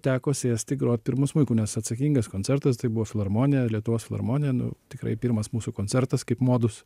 teko sėsti grot pirmu smuiku nes atsakingas koncertas tai buvo filharmonija lietuvos filharmonija nu tikrai pirmas mūsų koncertas kaip modus